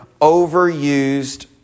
overused